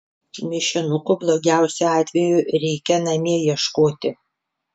mišinukų blogiausiu atveju reikia namie ieškoti